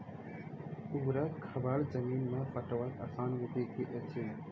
ऊवर खाबड़ जमीन मे पटवनक आसान विधि की ऐछि?